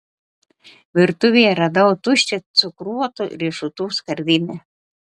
virtuvėje radau tuščią cukruotų riešutų skardinę